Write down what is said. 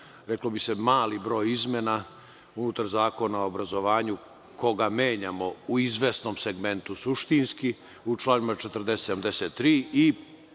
reklo bi se mali broj izmena unutar Zakona o obrazovanju koga menjamo u izvesnom segmentu, suštinski u članovima 40, 73. i